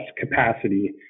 capacity